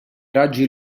raggi